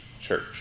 church